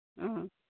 अहं